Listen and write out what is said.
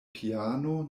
piano